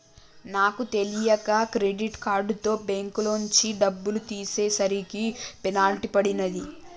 నాకు తెలియక క్రెడిట్ కార్డుతో బ్యేంకులోంచి డబ్బులు తీసేసరికి పెనాల్టీ పడినాది